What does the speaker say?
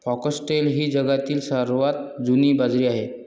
foxtail ही जगातील सर्वात जुनी बाजरी आहे